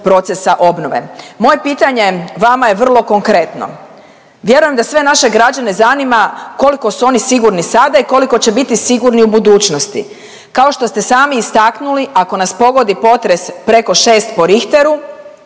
procesa obnove. Moje pitanje vama je vrlo konkretno. Vjerujem da sve naše građane zanima koliko su oni sigurni sada i koliko će biti sigurni u budućnosti. Kao što ste sami istaknuli ako nas pogodi potres preko 6 po Richteru